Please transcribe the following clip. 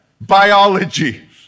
Biology